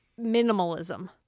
minimalism